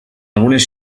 algunes